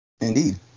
Indeed